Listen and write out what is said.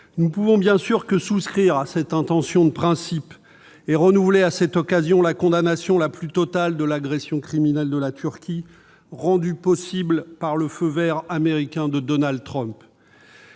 Nous ne pouvons bien évidemment que souscrire à cette pétition de principe et renouveler, à cette occasion, la condamnation la plus totale de l'agression criminelle de la Turquie, rendue possible par le « feu vert » américain de Donald Trump.